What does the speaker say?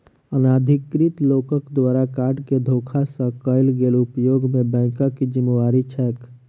अनाधिकृत लोकक द्वारा कार्ड केँ धोखा सँ कैल गेल उपयोग मे बैंकक की जिम्मेवारी छैक?